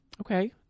okay